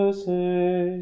say